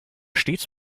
stets